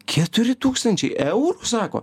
keturi tūkstančiai eurų sako